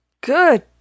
Good